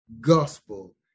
gospel